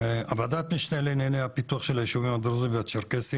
ועדת המשנה לענייני פיתוח של הישובים הדרוזים והצ'רקסיים